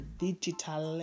digital